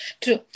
True